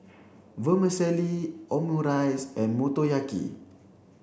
Vermicelli Omurice and Motoyaki